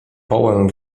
połę